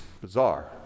bizarre